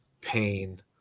pain